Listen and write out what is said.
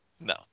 no